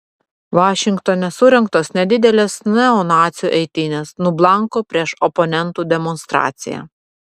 vašingtone surengtos nedidelės neonacių eitynės nublanko prieš oponentų demonstraciją